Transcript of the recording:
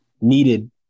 needed